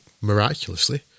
miraculously